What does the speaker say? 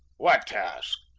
what task?